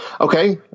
Okay